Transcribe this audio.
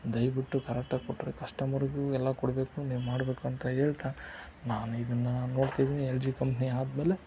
ದಯವಿಟ್ಟು ಕರೆಕ್ಟಾಗಿ ಕೊಟ್ಟರೆ ಕಸ್ಟಮರ್ಗೂ ಎಲ್ಲ ಕೊಡಬೇಕು ನೀವು ಮಾಡ್ಬೇಕು ಅಂತ ಹೇಳ್ತಾ ನಾನಿದನ್ನು ನೋಡ್ತಿದ್ದೀನಿ ಎಲ್ ಜಿ ಕಂಪ್ನಿ ಆದಮೇಲೆ